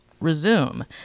resume